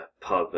pub